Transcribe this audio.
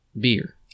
beer